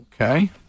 Okay